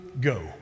go